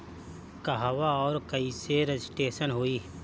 कहवा और कईसे रजिटेशन होई?